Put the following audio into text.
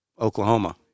Oklahoma